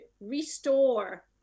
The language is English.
restore